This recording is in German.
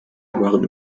waren